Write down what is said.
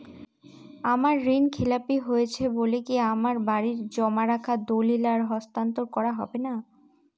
আমার ঋণ খেলাপি হয়েছে বলে কি আমার বাড়ির জমা রাখা দলিল আর হস্তান্তর করা হবে না?